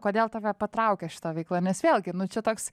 kodėl tave patraukė šita veikla nes vėlgi nu čia toks